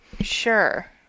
sure